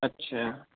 اچھا